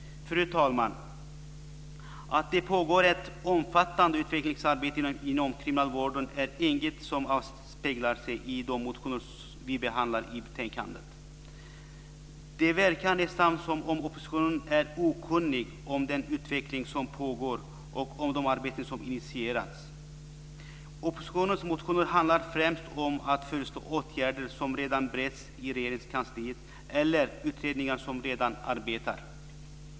Fru talman! Att det pågår ett omfattande utvecklingsarbete inom kriminalvården är inget som avspeglar sig i de motioner som vi behandlar i betänkandet. Det verkar nästan som om oppositionen är okunnig om den utveckling som pågår och om de arbeten som initierats. Oppositionens motioner handlar främst om att föreslå åtgärder som redan bereds i Regeringskansliet eller i utredningar som redan arbetar.